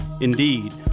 Indeed